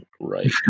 Right